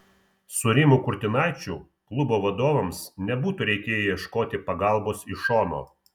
su rimu kurtinaičiu klubo vadovams nebūtų reikėję ieškoti pagalbos iš šono